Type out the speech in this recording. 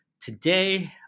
today